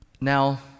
Now